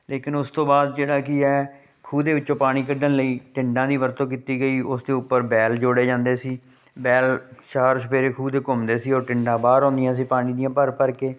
ਲੇਕਿਨ ਉਸ ਤੋਂ ਬਾਅਦ ਜਿਹੜਾ ਕੀ ਹੈ ਖੂਹ ਦੇ ਵਿੱਚੋਂ ਪਾਣੀ ਕੱਢਣ ਲਈ ਟਿੰਡਾਂ ਦੀ ਵਰਤੋਂ ਕੀਤੀ ਗਈ ਉਸ ਦੇ ਉੱਪਰ ਬੈਲ ਜੋੜੇ ਜਾਂਦੇ ਸੀ ਬੈਲ ਚਾਰ ਚੁਫੇਰੇ ਖੂਹ ਦੇ ਘੁੰਮਦੇ ਸੀ ਉਹ ਟਿੰਡਾਂ ਬਾਹਰ ਆਉਂਦੀਆਂ ਸੀ ਪਾਣੀ ਦੀਆਂ ਭਰ ਭਰ ਕੇ